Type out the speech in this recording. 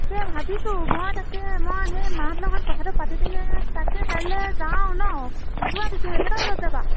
তাকে ভাবিছোঁ মই তাকে মই সেই মাহঁতৰ লগত কথাটো পাতি পেনে তাকে কাইলৈ যাওঁ ন' ওলোৱা তেতিয়াহ'লে কেইটা বজাত যাবা